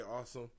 awesome